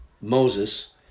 Moses